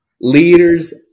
leaders